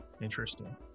Interesting